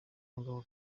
mugabo